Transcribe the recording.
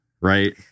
right